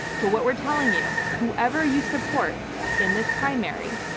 but what we're telling you, whoever you support in this primary,